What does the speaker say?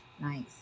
nice